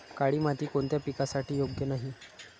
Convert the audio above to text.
काळी माती कोणत्या पिकासाठी योग्य नाही?